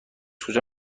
کجا